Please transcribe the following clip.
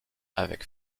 avec